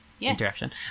Interaction